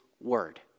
word